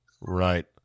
Right